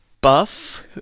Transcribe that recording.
buff